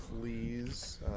please